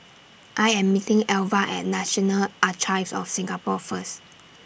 I Am meeting Alva At National Archives of Singapore First